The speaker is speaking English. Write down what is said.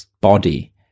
body